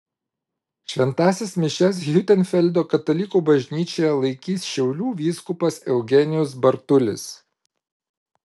šventąsias mišias hiutenfeldo katalikų bažnyčioje laikys šiaulių vyskupas eugenijus bartulis